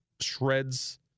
shreds